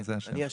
יפה.